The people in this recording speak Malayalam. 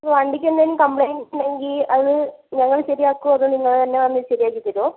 വണ്ടിക്കെന്തെങ്കിലും കംപ്ലൈന്റുണ്ടെങ്കിൽ അത് ഞങ്ങൾ ശരിയാക്കുമോ അതോ നിങ്ങൾ തന്നെ വന്നു ശരിയാക്കിത്തരുമോ